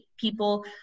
people